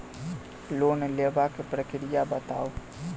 Loan लेबाक प्रक्रिया बताऊ?